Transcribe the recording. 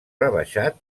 rebaixat